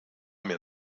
mehr